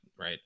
right